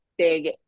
big